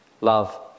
love